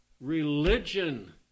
Religion